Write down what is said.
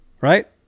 Right